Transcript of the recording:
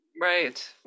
Right